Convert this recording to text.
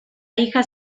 hija